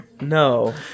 No